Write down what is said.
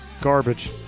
Garbage